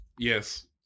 Yes